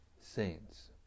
Saints